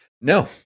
No